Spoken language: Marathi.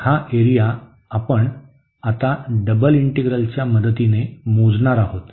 तर हा एरिया आपण आता डबल इंटीग्रलच्या मदतीने मोजणार आहोत